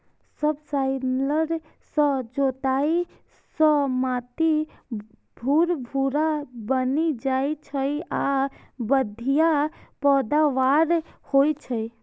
subsoiler सं जोताइ सं माटि भुरभुरा बनि जाइ छै आ बढ़िया पैदावार होइ छै